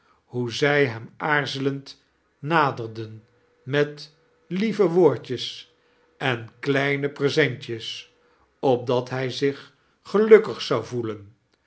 hoe zij hem aarzelemd naderden met lieve woordjes em kteine preaentjes opdat hij zich gelukkig zou voeleai